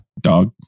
dog